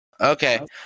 Okay